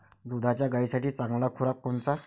दुधाच्या गायीसाठी चांगला खुराक कोनचा?